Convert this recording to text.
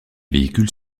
véhicules